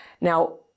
Now